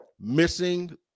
missing